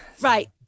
Right